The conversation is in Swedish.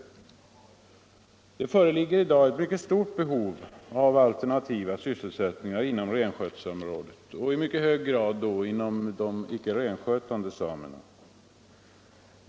Det föreligger i dag ett mycket stort behov av alternativa sysselsättningar inom renskötselområdet, i särskilt hög grad bland de icke renskötande samerna.